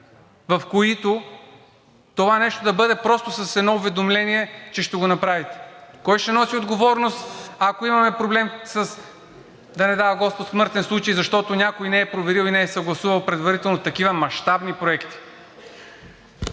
в които това нещо да бъде просто с едно уведомление, че ще го направите. Кой ще носи отговорност, ако имаме проблем, да не дава Господ, със смъртен случай, защото някой не е проверил и не е съгласувал предварително такива мащабни проекти?!